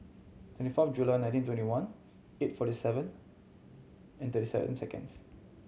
twenty fourth July nineteen twenty one eight forty seven and thirty seven seconds